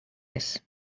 res